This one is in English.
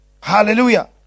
Hallelujah